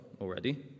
already